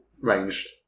ranged